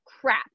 crap